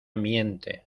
miente